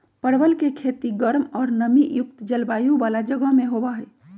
परवल के खेती गर्म और नमी युक्त जलवायु वाला जगह में होबा हई